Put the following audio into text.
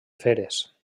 feres